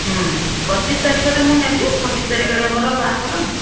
ହଁ ପଚିଶ ତାରିଖରେ ମୁଁ ନେବି ଛବିଶ ତାରିଖରେ ଆମର ବାହାଘର ହୁଁ ହୁଁ